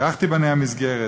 כך תיבנה המסגרת,